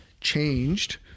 changed